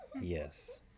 yes